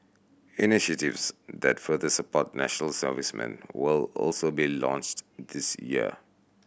initiatives that further support national servicemen will also be launched this year